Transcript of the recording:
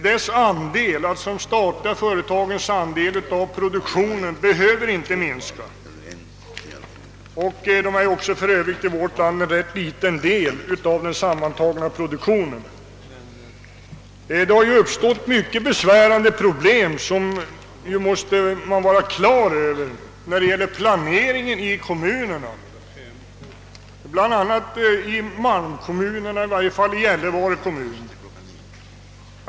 De statliga företagens andel av produktionen behöver inte minskas, och de har för övrigt i vårt land en rätt liten del i den sammantagna produktionen. Det har uppstått mycket besvärande problem, som man måste vara klar över, när det gäller planeringen i kommunerna — bl.a. i malmkommunerna, i varje fall i Gällivare kommun.